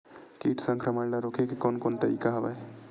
कीट संक्रमण ल रोके के कोन कोन तरीका हवय?